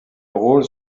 rôles